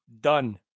done